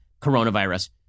coronavirus